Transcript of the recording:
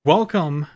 Welcome